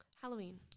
Halloween